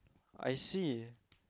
I see